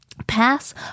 Pass